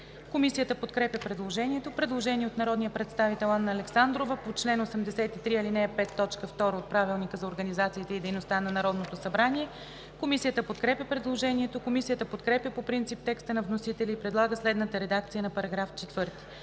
Комисията подкрепя предложението. Предложение от народния представител Анна Александрова по чл. 83, ал. 5, т. 2 от Правилника за организацията и дейността на Народното събрание. Комисията подкрепя предложението. Комисията подкрепя по принцип текста на вносителя и предлага следната редакция на § 4: „§ 4.